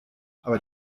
aber